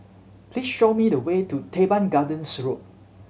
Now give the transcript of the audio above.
please show me the way to Teban Gardens Road